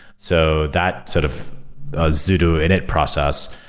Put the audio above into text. so that sort of zoodoo edit process.